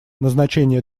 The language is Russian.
назначения